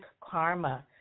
Karma